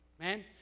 Amen